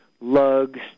lugs